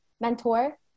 mentor